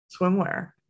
Swimwear